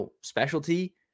specialty